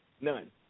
None